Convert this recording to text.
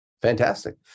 Fantastic